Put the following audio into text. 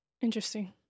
Interesting